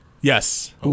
Yes